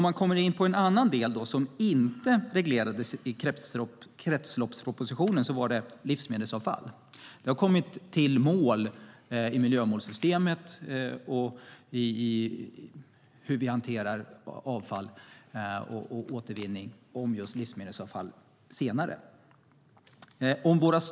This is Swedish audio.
Jag kommer nu in på en annan del, som inte reglerades i kretsloppspropositionen, nämligen livsmedelsavfall. Det har kommit till mål i miljömålssystemet och i hur vi hanterar avfall och återvinning om just livsmedelsavfall senare.